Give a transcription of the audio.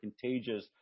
contagious